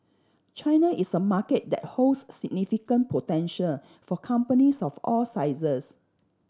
China is a market that holds significant potential for companies of all sizes